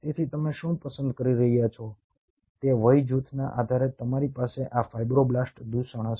તેથી તમે શું પસંદ કરી રહ્યા છો તે વય જૂથના આધારે તમારી પાસે આ ફાઇબ્રોબ્લાસ્ટ દૂષણ હશે